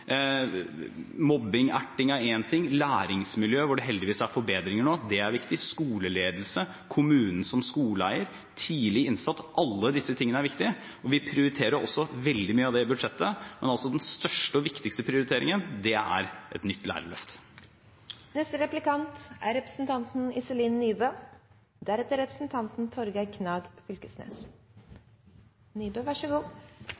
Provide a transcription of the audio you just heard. Mobbing og erting er en ting, læringsmiljø, hvor det heldigvis er forbedringer nå, er viktig, skoleledelse, kommunen som skoleeier, tidlig innsats – alle disse tingene er viktige, og vi prioriterer også veldig mye av det i budsjettet. Men den største og viktigste prioriteringen er et nytt